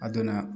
ꯑꯗꯨꯅ